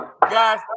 guys